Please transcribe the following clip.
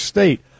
State